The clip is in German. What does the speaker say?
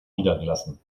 niedergelassen